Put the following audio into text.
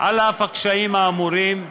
על אף הקשיים האמורים,